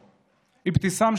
אבתיסאם,